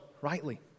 rightly